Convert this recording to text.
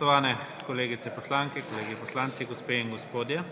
Spoštovane kolegice poslanke, kolegi poslanci, gospe in gospodje!